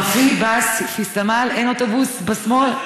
אין אוטובוס בשמאל?